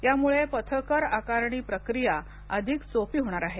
यामुळे पथकर आकारणी प्रक्रिया अधिक सोपी होणार आहे